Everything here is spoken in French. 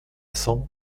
cent